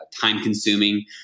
time-consuming